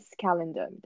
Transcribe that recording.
calendar